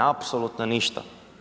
Apsolutno ništa.